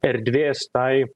erdvės tai